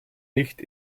nicht